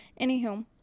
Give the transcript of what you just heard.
Anywho